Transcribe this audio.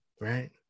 right